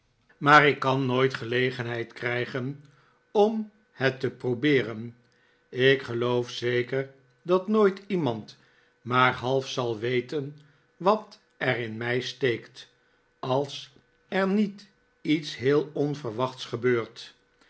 maar ik kan nooit gelegenheid krijgen om het te probeeren ik geloof zeker dat nooit iemand maar half zal weten wat er in mij steek als er niet lets heel onverwachts gebeurt